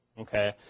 Okay